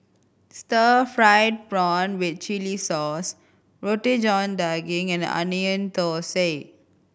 stir fried prawn with chili sauce Roti John Daging and Onion Thosai